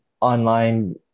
online